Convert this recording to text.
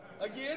again